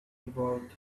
evolved